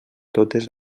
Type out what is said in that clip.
totes